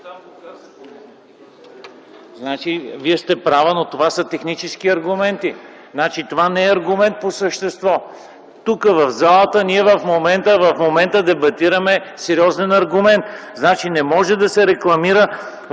Вие сте права, но това са технически аргументи. Това не е аргумент по същество. Тук, в залата, в момента ние дебатираме сериозен аргумент. Не може да се рекламира,